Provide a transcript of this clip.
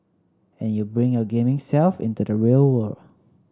and you bring your gaming self into the real world